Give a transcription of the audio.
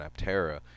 Aptera